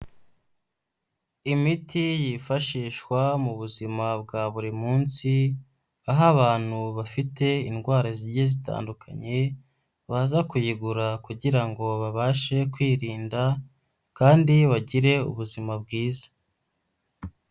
Imiti yifashishwa mu buzima bwa buri munsi, aho abantu bafite indwara zigiye zitandukanye baza kuyigura kugira ngo babashe kwirinda kandi bagire ubuzima bwiza.